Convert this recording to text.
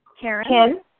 Karen